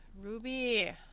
Ruby